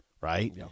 right